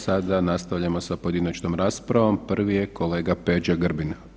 Sada nastavljamo sa pojedinačnom raspravom, prvi je kolega Peđa Grbin.